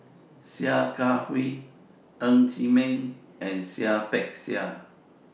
Sia Kah Hui Ng Chee Meng and Seah Peck Seah